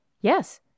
Yes